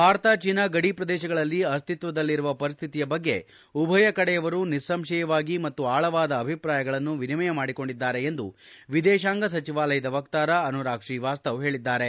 Bharat China ಗಡಿ ಪ್ರದೇಶಗಳಲ್ಲಿ ಅಸ್ತಿತ್ವದಲ್ಲಿರುವ ಪರಿಸ್ಥಿತಿಯ ಬಗ್ಗೆ ಉಭಯ ಕಡೆಯವರು ನಿಸ್ಸಂಶಯವಾಗಿ ಮತ್ತು ಆಳವಾದ ಅಭಿಪ್ರಾಯಗಳನ್ನು ವಿನಿಮಯ ಮಾಡಿಕೊಂಡಿದ್ದಾರೆ ಎಂದು ವಿದೇಶಾಂಗ ಸಚಿವಾಲಯದ ವಕ್ತಾರ ಅನುರಾಗ್ ಶ್ರೀವಾಸ್ತವ ಹೇಳಿದ್ದಾರೆ